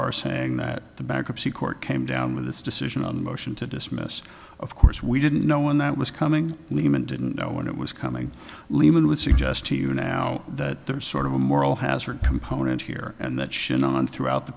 our saying that the bankruptcy court came down with this decision on a motion to dismiss of course we didn't know when that was coming lehman didn't know when it was coming lehman would suggest to you now that there is sort of a moral hazard component here and that shit on throughout the